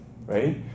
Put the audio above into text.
right